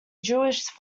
jewish